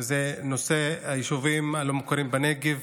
וזה נושא היישובים הלא-מוכרים בנגב